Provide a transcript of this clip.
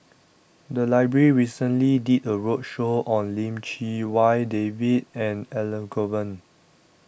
The Library recently did A roadshow on Lim Chee Wai David and Elangovan